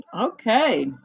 Okay